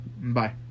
Bye